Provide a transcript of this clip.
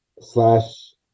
slash